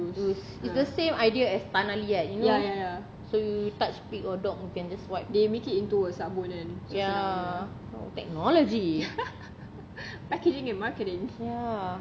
use it's the same idea as tanah liat you know so you touch pig or dog you can just wipe what ya technology ya